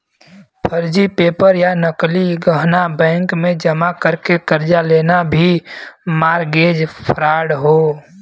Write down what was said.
फर्जी पेपर या नकली गहना बैंक में जमा करके कर्जा लेना भी मारगेज फ्राड हौ